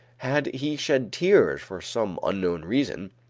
had he shed tears for some unknown reason,